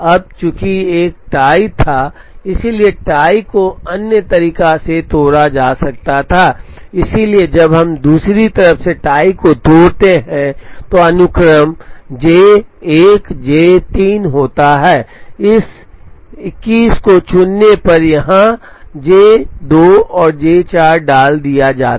अब चूंकि एक टाई था इसलिए टाई को अन्य तरीके से तोड़ा जा सकता था इसलिए जब हम दूसरी तरह से टाई को तोड़ते हैं तो अनुक्रम J 1 J 3 होता इस 21 को चुनने पर यहाँ J 2 और J 4 डाल दिया जाता